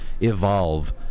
evolve